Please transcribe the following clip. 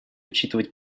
учитывать